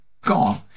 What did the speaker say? gone